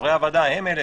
חברי הוועדה הם אלה